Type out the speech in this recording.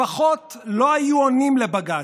לפחות לא היו עונים לבג"ץ.